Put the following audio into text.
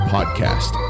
Podcast